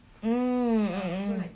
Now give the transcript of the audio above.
mm mm mm